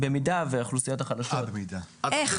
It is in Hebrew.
במידה שהאוכלוסיות החלשות --- אתה חושב